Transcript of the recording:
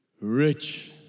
rich